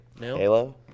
Halo